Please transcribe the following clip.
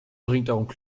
unbedingt